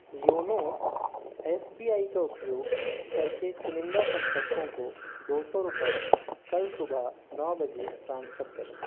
YONO S B I का उपयोग करके चुनिंदा संपर्कों को दो सौ रुपये कल सुबह नौ बजे ट्रांसफ़र करें